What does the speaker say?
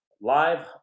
live